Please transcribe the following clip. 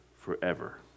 forever